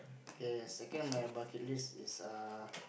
K second on my bucket list is err